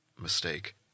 mistake